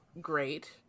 great